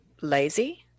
lazy